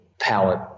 palette